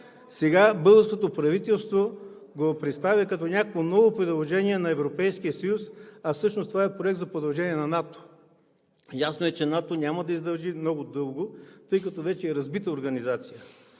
Сега българското правителство го представя като някакво ново предложение на Европейския съюз, а всъщност това е проект за продължение на НАТО. Ясно е, че НАТО няма да издържи много дълго, тъй като вече е разбита организация.